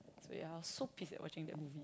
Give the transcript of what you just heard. so ya I was so pissed at watching that movie